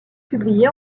publiée